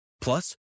Plus